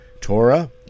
Torah